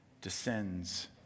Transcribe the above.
descends